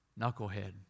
knucklehead